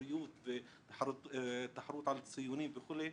והתחרותיות ותחרות על ציונים וכו',